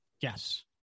Yes